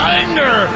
anger